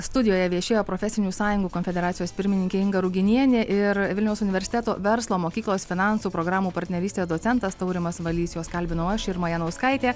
studijoje viešėjo profesinių sąjungų konfederacijos pirmininkė inga ruginienė ir vilniaus universiteto verslo mokyklos finansų programų partnerystės docentas taurimas valys juos kalbinau aš irma janauskaitė